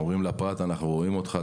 אומרים לפרט: אנחנו רואים אותך,